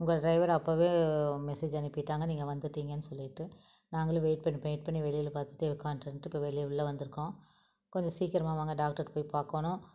உங்கள் டிரைவர் அப்பவே மெசேஜ் அனுப்பிட்டாங்கள் நீங்கள் வந்துட்டிங்கன்னு சொல்லிட்டு நாங்களும் வெயிட் பண்ணி வெயிட் பண்ணி வெளியில பார்த்துட்டு உட்கார்ந்துட்டு இருந்துட்டு இப்போ வெளியே உள்ள வந்திருக்கோம் கொஞ்சம் சீக்கிரமாக வாங்க டாக்டர் போய் பார்க்கணும்